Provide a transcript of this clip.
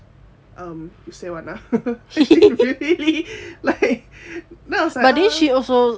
um you say [one] ah really like then I was like uh